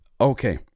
Okay